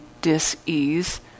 dis-ease